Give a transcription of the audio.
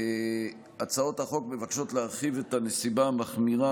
הצעות החוק מבקשות להרחיב את הנסיבה המחמירה